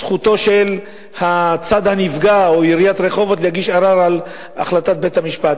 זכותו של הצד הנפגע או עיריית רחובות להגיש ערר על החלטת בית-המשפט.